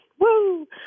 woo